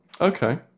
Okay